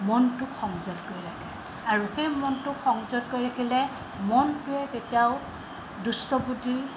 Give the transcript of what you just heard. মনটোক সংযত কৰি ৰাখে আৰু সেই মনটোক সংযত কৰি ৰাখিলে মনটোৱে কেতিয়াও দুষ্ট বুদ্ধি